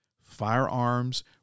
Firearms